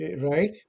Right